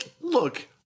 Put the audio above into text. look